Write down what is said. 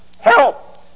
Help